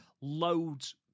Loads